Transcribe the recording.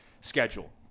Schedule